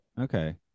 okay